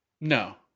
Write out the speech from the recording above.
no